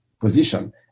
position